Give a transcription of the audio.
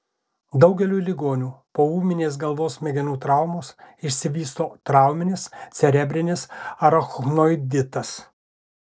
daugeliui ligonių po ūminės galvos smegenų traumos išsivysto trauminis cerebrinis arachnoiditas